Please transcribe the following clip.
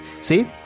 See